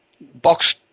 box